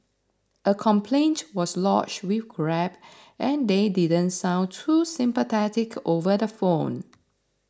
a complaint was lodged with Grab and they didn't sound too sympathetic over the phone